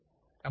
మీకు తెలుసు